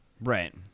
right